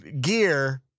gear